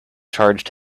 charged